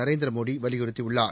நரேந்திர மோடி வலியுறுத்தியுள்ளார்